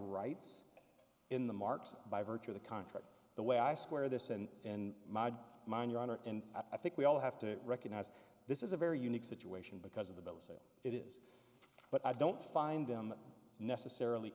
rights in the marks by virtue of the contract the way i square this and in my mind your honor and i think we all have to recognize this is a very unique situation because of the bill of sale it is but i don't find them necessarily